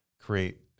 create